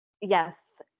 Yes